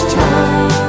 time